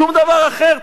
שום דבר אחר.